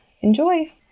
Enjoy